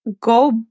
go